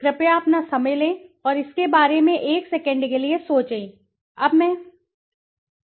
कृपया अपना समय लें और इसके बारे में एक सेकंड के लिए सोचें अब मैं आपको दिखाता हूं